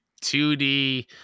2D